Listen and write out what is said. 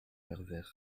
pervers